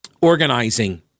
organizing